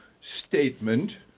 statement